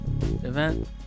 event